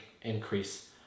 increase